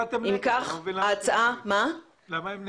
אם כך, ההצעה --- למה הם נגד?